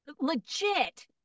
legit